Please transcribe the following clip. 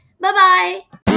Bye-bye